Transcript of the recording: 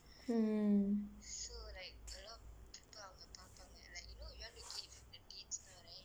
mm